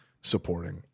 supporting